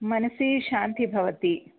मनसि शान्ति भवति